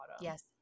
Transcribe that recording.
yes